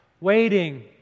waiting